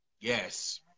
Yes